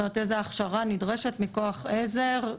איזו הכשרה נדרשת מכוח עזר,